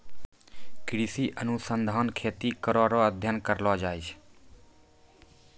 कृषि अनुसंधान खेती करै रो अध्ययन करलो जाय छै